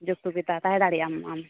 ᱥᱩᱡᱳᱜᱽ ᱥᱩᱵᱤᱫᱷᱟ ᱛᱟᱦᱮᱸ ᱫᱟᱲᱭᱟᱜᱼᱟᱢ ᱟᱢ